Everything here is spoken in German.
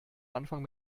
anfang